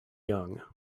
young